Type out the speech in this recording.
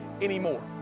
anymore